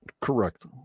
Correct